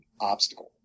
obstacle